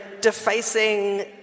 defacing